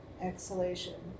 exhalation